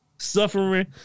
Suffering